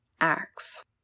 acts